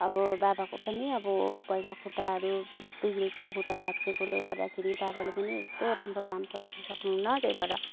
अब बाबाको पनि अब पहिला खुट्टहरू बिग्रेको खुट्टा भाँच्चिएकोले गर्दाखेरि बाबाले पनि यस्तो राम्रो काम त गर्नु सक्नुहुन्न त्यही भएर